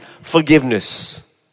forgiveness